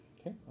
Okay